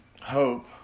hope